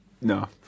no